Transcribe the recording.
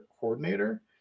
coordinator